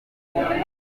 wanjye